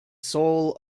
soul